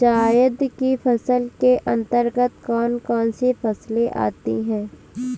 जायद की फसलों के अंतर्गत कौन कौन सी फसलें आती हैं?